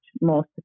more